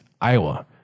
Iowa